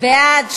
בעד?